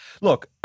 Look